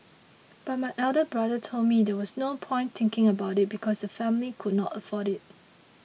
but my elder brother told me there was no point thinking about it because the family could not afford it